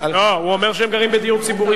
לא, הוא אומר שהם גרים בדיור ציבורי.